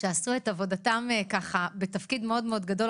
שעשו את עבודתן בתפקיד מאוד מאוד גדול,